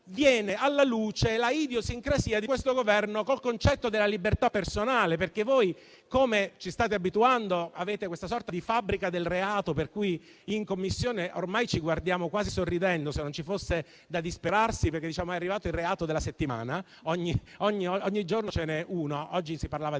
viene alla luce l'idiosincrasia di questo Governo con il concetto di libertà personale. Voi ci state abituando a questa sorta di fabbrica del reato tale per cui in Commissione ormai ci guardiamo quasi sorridendo (se non ci fosse da disperarsi), pensando è arrivato il reato della settimana (ogni giorno ce n'è uno: oggi si parlava di